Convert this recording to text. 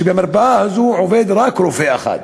ובמרפאה הזאת עובד רק רופא אחד,